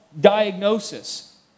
diagnosis